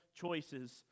choices